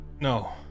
No